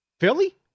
Philly